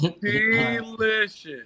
delicious